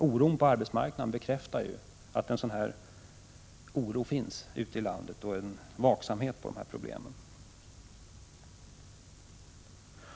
Oron på arbetsmarknaden bekräftar att en sådan oro finns ute i landet.